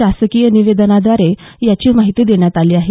शासकीय निवेदनाद्वारे याची माहिती देण्यात आली आहे